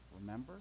remember